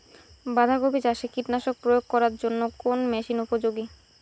বাঁধা কপি চাষে কীটনাশক প্রয়োগ করার জন্য কোন মেশিন উপযোগী?